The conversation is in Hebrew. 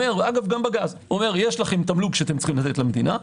אומר גם בגז אגב: יש לכם תמלוג שאתם צריכים לתת למדינה.